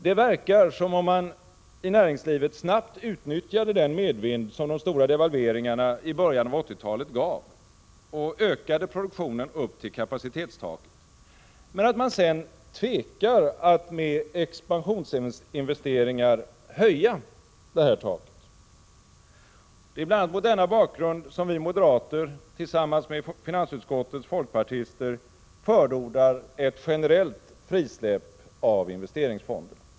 Det verkar som om man i näringslivet snabbt utnyttjade den medvind som de stora devalveringarna i början av 80-talet gav och ökade produktionen upp till kapacitetstaket men att man sedan tvekar att med expansionsinvesteringar höja detta tak. Det är bl.a. mot denna bakgrund som vi moderater tillsammans med finansutskottets folkpartister förordar ett generellt frisläpp av investeringsfonderna.